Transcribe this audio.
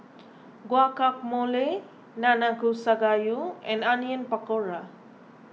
Guacamole Nanakusa Gayu and Onion Pakora